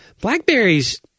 Blackberries